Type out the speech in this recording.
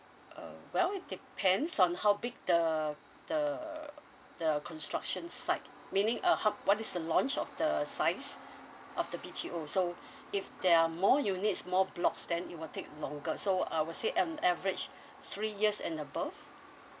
uh well it depends on how big the the the construction site meaning uh how what is the launch of the size of the B_T_O so if there are more units more blocks then it will take longer so I would say an average of three years and above